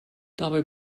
dabei